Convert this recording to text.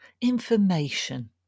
information